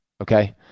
okay